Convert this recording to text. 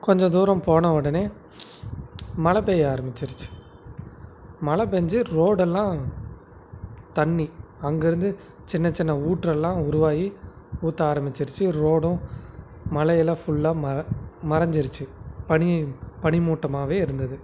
கொஞ்சம் தூரம் போன உடனே மழை பெய்ய ஆரமிச்சிருச்சு மழை பெஞ்சி ரோடெல்லாம் தண்ணி அங்கேருந்து சின்ன சின்ன ஊற்றெல்லாம் உருவாகி ஊற்ற ஆரமிச்சிருச்சு ரோடும் மழையில் ஃபுல்லாக மற மறைஞ்சிருச்சு பனி பனிமூட்டமாகவே இருந்தது